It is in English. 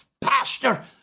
pastor